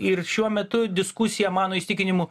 ir šiuo metu diskusija mano įsitikinimu